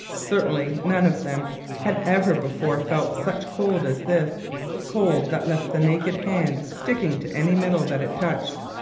certainly none of them had ever before felt such cold as this cold that left the naked hand sticking to any metal that it touched,